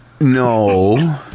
No